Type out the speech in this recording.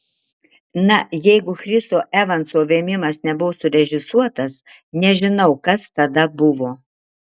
na jeigu chriso evanso vėmimas nebuvo surežisuotas nežinau kas tada buvo